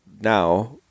now